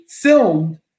filmed